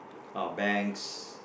our banks